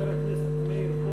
חבר הכנסת מאיר פרוש.